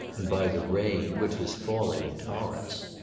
and by the rain, which was falling in torrents.